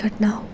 ઘટનાઓ